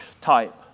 type